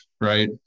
right